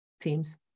teams